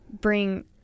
bring